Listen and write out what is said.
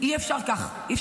אי-אפשר ככה,